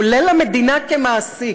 כולל למדינה כמעסיק,